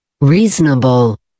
Reasonable